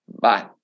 Bye